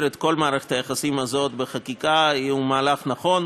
את כל מערכת היחסים הזאת בחקיקה הוא מהלך נכון.